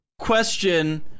question